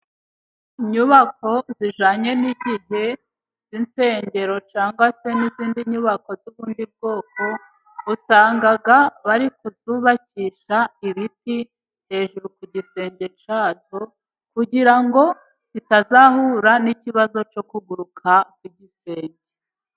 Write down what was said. Inyubako zijyanye n'igihe nk'insengero cyangwa se n'izindi nyubako z'ubundi bwoko, usanga bari kuzubakisha ibiti hejuru ku gisenge cyazo, kugira ngo bitazahura n'ikibazo cyo kuguruka kw'igisenge.